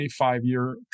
25-year